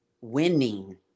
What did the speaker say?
winning